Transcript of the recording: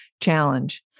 challenge